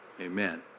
Amen